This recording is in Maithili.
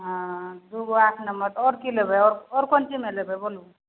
हँ दुइ गो आठ नम्बर आओर कि लेबै आओर आओर कोन कोन चीजमे लेबै बोलू